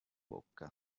bocca